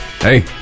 Hey